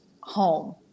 home